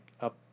up